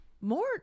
more